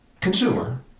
consumer